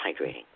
hydrating